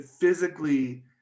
physically